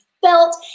felt